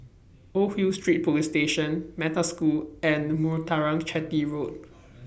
Old Hill Street Police Station Metta School and Muthuraman Chetty Road